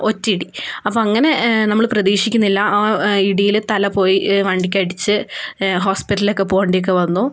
ഒറ്റയിടി അപ്പോള് അങ്ങനെ നമ്മള് പ്രതീക്ഷിക്കുന്നില്ല ആ ഇടിയില് തല പോയി വണ്ടിക്കടിച്ച് ഹോസ്പിറ്റലിലൊക്കെ പോകേണ്ടിയൊക്കെ വന്നു